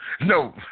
no